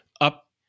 up